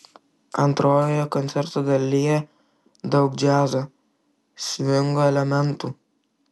antrojoje koncerto dalyje daug džiazo svingo elementų